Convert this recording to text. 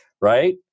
right